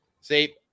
See